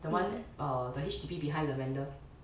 the one err the H_D_B behind lavender